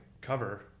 cover